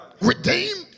Redeemed